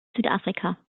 südafrika